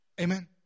Amen